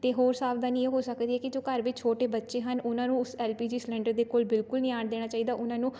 ਅਤੇ ਹੋਰ ਸਾਵਧਾਨੀ ਇਹ ਹੋ ਸਕਦੀ ਹੈ ਕਿ ਜੋ ਘਰ ਵਿੱਚ ਛੋਟੇ ਬੱਚੇ ਹਨ ਉਹਨਾਂ ਨੂੰ ਉਸ ਐੱਲ ਪੀ ਜੀ ਸਿਲੰਡਰ ਦੇ ਕੋਲ ਬਿਲਕੁਲ ਨਹੀਂ ਆਉਣ ਦੇਣਾ ਚਾਹੀਦਾ ਉਹਨਾਂ ਨੂੰ